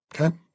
Okay